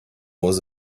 was